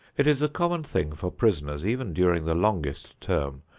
it is a common thing for prisoners, even during the longest term,